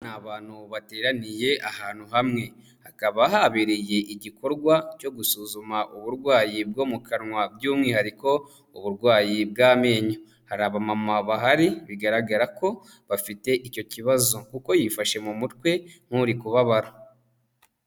Ni abantu bateraniye ahantu hamwe, hakaba habereye igikorwa cyo gusuzuma uburwayi bwo mu kanwa, by'umwihariko uburwayi bw'amenyo, hari abamama bahari bigaragara ko bafite icyo kibazo, kuko yifashe mu mutwe nk'uri kubabara.